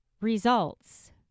results